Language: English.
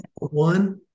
one